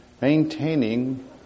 maintaining